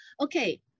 Okay